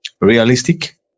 realistic